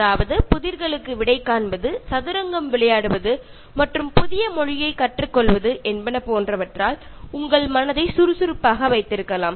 அதாவது புதிர்களுக்கு விடை காண்பது சதுரங்கம் விளையாடுவது மற்றும் புதிய மொழியை கற்றுக்கொள்வது என்பன போன்றவற்றால் உங்கள் மனதை சுறுசுறுப்பாக வைத்திருக்கலாம்